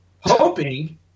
hoping